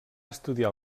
estudiar